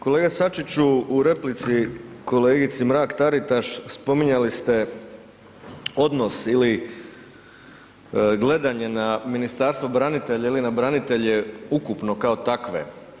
Kolega Sačiću, u replici kolegici Mrak-Taritaš spominjali ste odnos ili gledanje na Ministarstvo branitelja ili na branitelje ukupno kao takve.